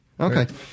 Okay